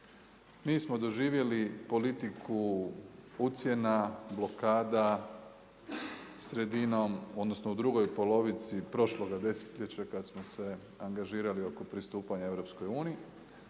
Mi smo doživjeli politiku ucjena, blokada sredinom, odnosno u drugoj polovici prošloga desetljeća kad smo se angažirali oko pristupanja EU